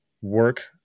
work